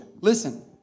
listen